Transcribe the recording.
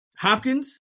Hopkins